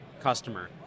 customer